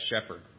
shepherd